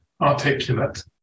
articulate